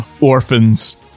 Orphans